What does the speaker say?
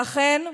ואכן,